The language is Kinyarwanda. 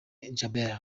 djabel